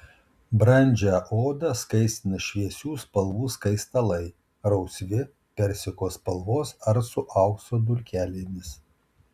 brandžią odą skaistina šviesių spalvų skaistalai rausvi persiko spalvos ar su aukso dulkelėmis